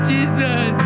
Jesus